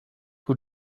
who